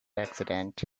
accident